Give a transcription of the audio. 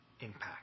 impact